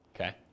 Okay